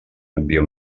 envia